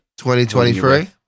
2023